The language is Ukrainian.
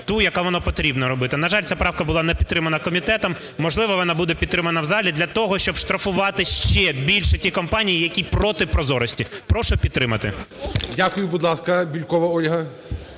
ту, яку потрібно робити. На жаль, ця правка була не підтримана комітетом, можливо, вона буде підтримана в залі для того, щоб штрафувати ще більше ті компанії, які проти прозорості. Прошу підтримати. ГОЛОВУЮЧИЙ. Дякую. Будь ласка, Бєлькова Ольга.